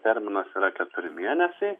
terminas yra keturi mėnesiai